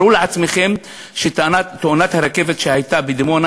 תתארו לעצמכם שתאונת הרכבת שהייתה בדימונה